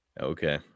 Okay